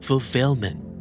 Fulfillment